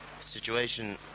situation